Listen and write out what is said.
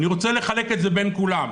אני רוצה לחלק את זה בין כולם.